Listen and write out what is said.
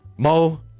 Mo